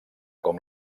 com